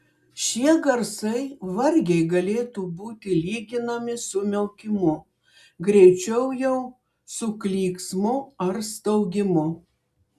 šie garsai vargiai galėtų būti lyginami su miaukimu greičiau jau su klyksmu ar staugimu